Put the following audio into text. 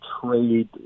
trade